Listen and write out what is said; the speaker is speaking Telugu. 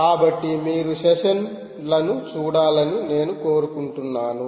కాబట్టి మీరు సెషన్లను చూడాలని నేను కోరుకుంటున్నాను